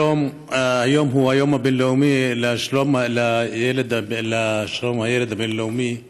היום הוא היום הבין-לאומי לשלום הילד, והיום,